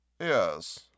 Yes